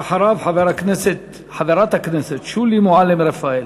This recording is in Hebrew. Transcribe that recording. ואחריו, חברת הכנסת שולי מועלם-רפאלי.